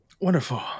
Wonderful